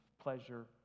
pleasure